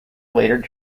later